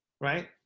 right